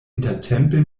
intertempe